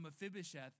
Mephibosheth